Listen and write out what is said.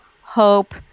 hope